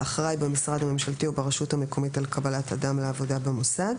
האחראי במשרד הממשלתי או ברשות המקומית על קבלת אדם לעבודה במוסד.